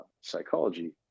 psychology